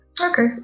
Okay